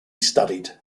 studied